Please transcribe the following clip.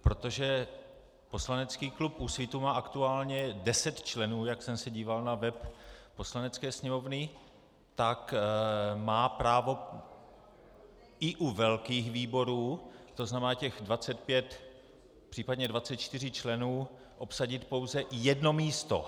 Protože poslanecký klub Úsvitu má aktuálně 10 členů, jak jsem se díval na web Poslanecké sněmovny, tak má právo i u velkých výborů, tzn. těch 25, případně 24členných, obsadit pouze jedno místo.